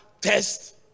test